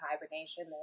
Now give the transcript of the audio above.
hibernation